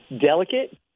delicate